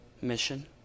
mission